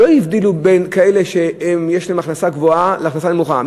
לא הבדילו בין כאלה שיש להם הכנסה גבוהה לכאלה שיש להם הכנסה נמוכה.